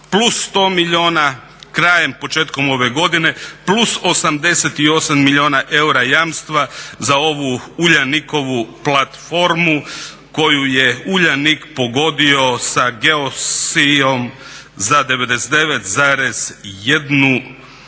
plus 100 milijuna krajem, početkom ove godine plus 88 milijuna eura jamstva za ovu Uljanikovu platformu koju je Uljanik pogodio sa … za 99,1 milijun